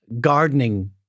gardening